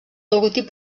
logotip